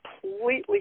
completely